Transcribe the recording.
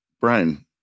Brian